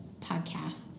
podcasts